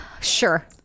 Sure